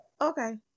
Okay